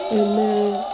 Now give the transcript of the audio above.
amen